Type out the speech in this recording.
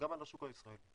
גם על השוק הישראלי.